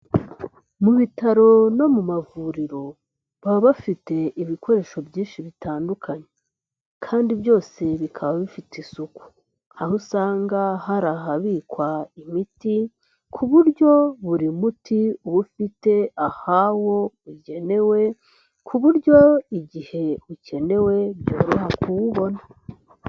Mu bitaro no mu mavuriro baba bafite ibikoresho byinshi bitandukanye kandi byose bikaba bifite isuku, aho usanga hari ahabikwa imiti ku buryo buri muti uba ufite ahawo ugenewe, ku buryo igihe ukenewe byoroha kuwubona.